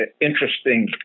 Interesting